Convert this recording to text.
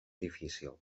difícil